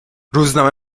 روزنامه